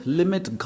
limit